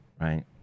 right